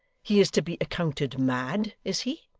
he is to be accounted mad, is he